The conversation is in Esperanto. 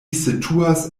situas